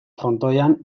frontoian